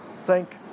Thank